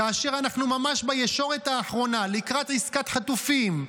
כאשר אנחנו ממש בישורת האחרונה לקראת עסקת חטופים,